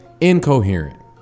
Incoherent